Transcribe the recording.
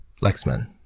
Lexman